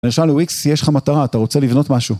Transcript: למשל לwix, יש לך מטרה, אתה רוצה לבנות משהו?